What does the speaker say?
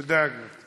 תודה, גברתי.